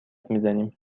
میزنیم